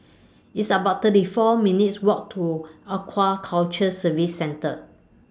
It's about thirty four minutes' Walk to Aquaculture Services Centre